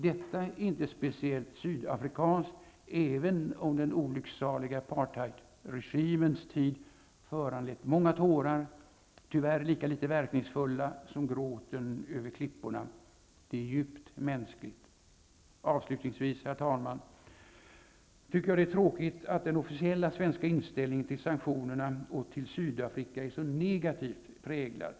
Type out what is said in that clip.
Detta är inte speciellt sydafrikanskt, även om den olycksaliga apartheidsregimens tid föranlett många tårar, tyvärr lika litet verkningsfulla som gråten över klipporna. Det är djupt mänskligt. Avslutningsvis, herr talman, tycker jag att det är tråkigt att den officiella svenska inställningen till sanktionerna och till Sydafrika är så negativt präglad.